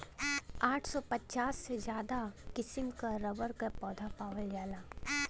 आठ सौ पचास से ज्यादा किसिम क रबर क पौधा पावल जाला